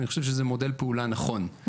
אני חושב שזה מודל פעולה נכון,